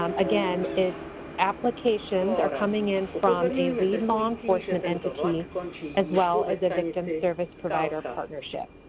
um again it's applications are coming in from a lead law enforcement entity as well as a victim service provider partnership.